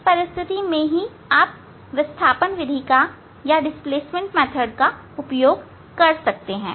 इस परिस्थिति में आप विस्थापन विधि को उपयोग कर सकते हैं